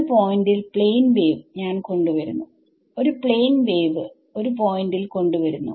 ഒരു പോയിന്റിൽ plane wave ഞാൻ കൊണ്ട് വരുന്നു ഒരു പ്ലേൻ വേവ് സോഴ്സ്ഒരു പോയിന്റിൽ കൊണ്ട് വരുന്നു